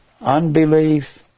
unbelief